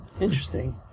interesting